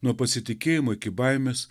nuo pasitikėjimo iki baimės